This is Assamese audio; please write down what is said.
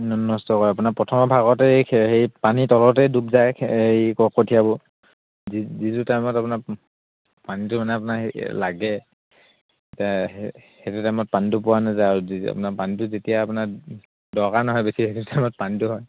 নষ্ট হয় আপোনাৰ প্ৰথমৰ ভাগতে এই হেই পানীৰ তলতেই ডুব যায় এই কঠীয়াবোৰ যি যিটো টাইমত আপোনাৰ পানীটো মানে আপোনাৰ লাগে এতিয়া সেইটো টাইমত পানীটো পোৱা নাযায় আৰু আপোনাৰ পানীটো যেতিয়া আপোনাৰ দৰকাৰ নহয় বেছি সেইটো টাইমত পানীটো হয়